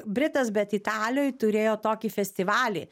britas bet italijoj turėjo tokį festivalį